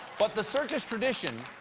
but the circus tradition,